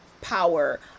power